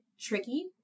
Tricky